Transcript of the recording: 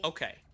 Okay